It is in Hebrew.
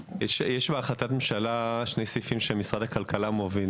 בהחלטת הממשלה יש שני סעיפים שמשרד הכלכלה מוביל.